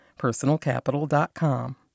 personalcapital.com